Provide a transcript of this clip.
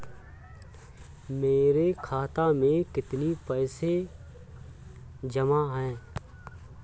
मेरे खाता में कितनी पैसे जमा हैं?